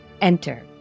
Enter